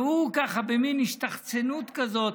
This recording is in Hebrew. והוא ככה, במין השתחצנות כזאת: